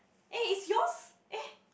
eh is yours eh